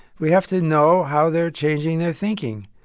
we have to know how they're changing their thinking.